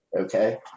Okay